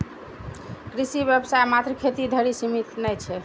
कृषि व्यवसाय मात्र खेती धरि सीमित नै छै